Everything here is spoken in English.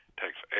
takes